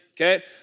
okay